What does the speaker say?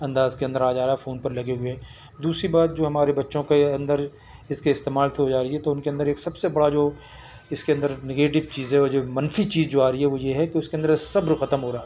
انداز کے اندر آ جا رہا ہے فون پر لگے ہوئے دوسری بات جو ہمارے بچوں کے اندر اس کے استعمال پہ ہو جا رہی ہے تو ان کے اندر ایک سب سے بڑا جو اس کے اندر نگیٹیو چیز ہے وہ جو منفی چیز جو آ رہی ہے وہ یہ ہے کہ اس کے اندر صبر ختم ہو رہا